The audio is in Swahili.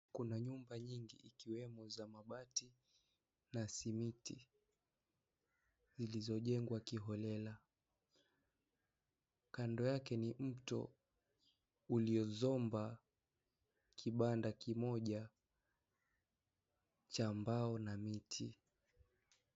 Kuna nyumba nyingi ikiwemo za mabati na simiti zilizojengwa kiholela kando yake ni mto uliosomba kibanda kimoja cha mbao na miti.